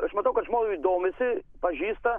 aš matau kad žmogus domisi pažįsta